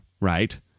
Right